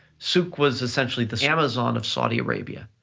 souk was essentially the amazon of saudi arabia,